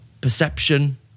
perception